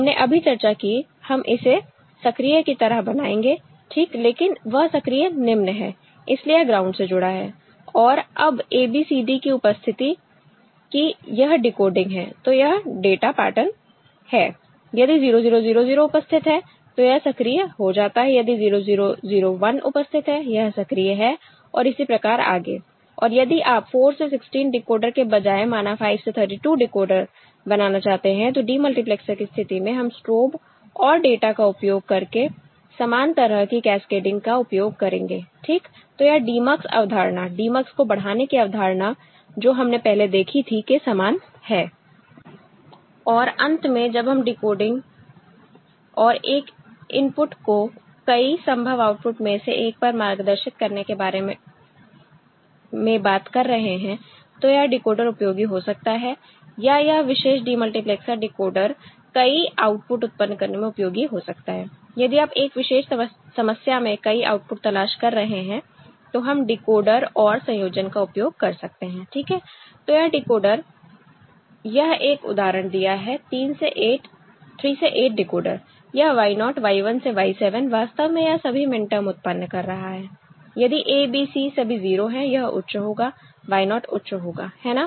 हमने अभी चर्चा की हम इसे सक्रिय की तरह बनाएंगे ठीक लेकिन वह सक्रिय निम्न है इसीलिए यह ग्राउंड से जुड़ा है और अब ABCD की उपस्थिति की यह डिकोडिंग है तो यह डाटा पैटर्न है यदि 0000 उपस्थित है तो यह सक्रिय हो जाता है यदि 0001 उपस्थित है यह सक्रिय है और इसी प्रकार आगे और यदि आप 4 से 16 डिकोडर के बजाय माना 5 से 32 डिकोडर बनाना चाहते हैं तो डिमल्टीप्लेक्सर की स्थिति में हम स्ट्रोब और डेटा का उपयोग करके समान तरह की कैस्केडिंग का उपयोग करेंगे ठीक तो यह DEMUX अवधारणा DEMUX को बढ़ाने की अवधारणा जो हमने पहले देखी थी के समान है और अंत में जब हम डिकोडिंग और एक इनपुट को कई संभव आउटपुट में से एक पर मार्गदर्शित करने के बारे में बात कर रहे हैं तो यह डिकोडर उपयोगी हो सकता है या यह विशेष डिमल्टीप्लेक्सर डिकोडर कई आउटपुट उत्पन्न करने में उपयोगी हो सकता है यदि आप एक विशेष समस्या में कई आउटपुट तलाश कर रहे हैं तो हम डिकोडर OR संयोजन का उपयोग कर सकते हैं ठीक है तो यह डिकोडर यह एक उदाहरण दिया है 3 से 8 डिकोडर यह Y naught Y 1 से Y 7 वास्तव में यह सभी मिनटर्म उत्पन्न कर रहा है यदि ABC सभी 0 है यह उच्च होगा Y naught उच्च होगा है ना